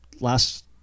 last